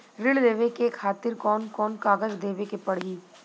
ऋण लेवे के खातिर कौन कोन कागज देवे के पढ़ही?